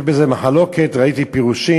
יש בזה מחלוקת, ראיתי פירושים,